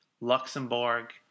Luxembourg